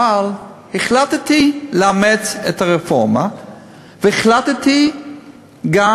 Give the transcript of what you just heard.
אבל החלטתי לאמץ את הרפורמה והחלטתי גם